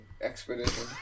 expedition